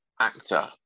actor